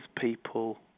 people